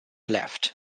left